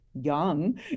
young